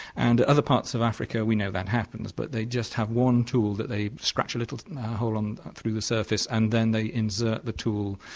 and in other parts of africa we know that happens, but they just have one tool that they scratch a little hole and through the surface and then they insert the tool,